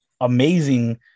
amazing